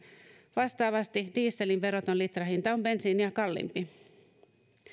vastaavasti dieselin veroton litrahinta on bensiiniä kalliimpi